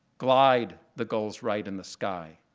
glide, the gulls write in the sky.